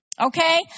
Okay